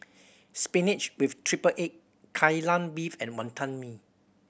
spinach with triple egg Kai Lan Beef and Wantan Mee